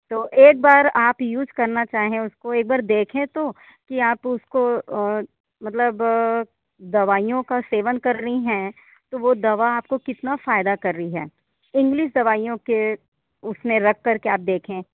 तो एक बार आप यूज करना चाहें उसको एक बार देखें तो कि आप उसको मतलब दवाइयों का सेवन कर रही हैं तो वो दवा आपको कितना फ़ायदा कर रही है इंग्लिस दवाइयों के उसमें रख करके आप देखें